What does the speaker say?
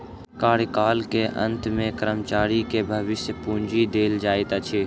कार्यकाल के अंत में कर्मचारी के भविष्य पूंजी देल जाइत अछि